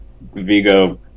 Vigo